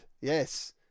Yes